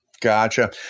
Gotcha